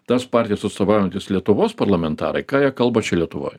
tas partijas atstovaujantys lietuvos parlamentarai ką jie kalba čia lietuvoj